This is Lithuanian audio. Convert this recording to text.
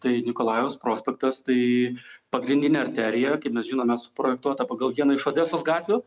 tai nikolajaus prospektas tai pagrindinė arterija kaip mes žinome suprojektuota pagal vieną iš odesos gatvių